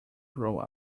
grow